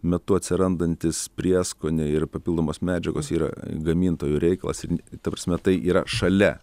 metu atsirandantys prieskoniai ir papildomos medžiagos yra gamintojų reikalas ta prasme tai yra šalia